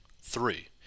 three